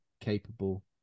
capable